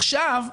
עכשיו,